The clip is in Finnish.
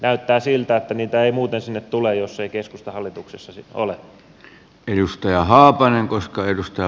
näyttää siltä että niitä ei muuten sinne tule jos ei keskusta hallituksessa sitten ole